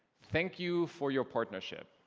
thank you for your partnership,